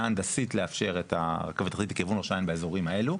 הנדסית לאפשר את הרכבת התחתית לכיוון ראש העין באזורים האלה,